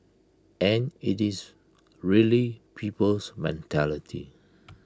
and IT is really people's mentality